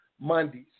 Mondays